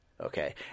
Okay